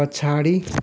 पछाडि